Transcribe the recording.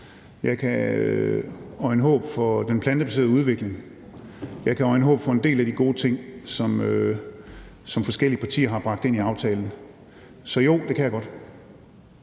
jeg kan øjne håb for den plantebaserede udvikling, og jeg kan øjne håb for en del af de gode ting, som forskellige partier har bragt ind i aftalen. Så jo, det kan jeg godt.